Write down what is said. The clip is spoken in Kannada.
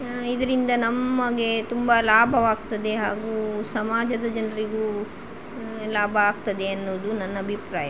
ಇದರಿಂದ ನಮಗೆ ತುಂಬಾ ಲಾಭವಾಗ್ತದೆ ಹಾಗೂ ಸಮಾಜದ ಜನರಿಗೂ ಲಾಭ ಆಗ್ತದೆ ಅನ್ನೋದು ನನ್ನ ಅಭಿಪ್ರಾಯ